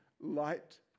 light